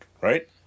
right